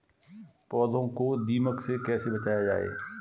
पौधों को दीमक से कैसे बचाया जाय?